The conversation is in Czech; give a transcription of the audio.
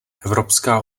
evropská